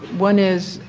one is,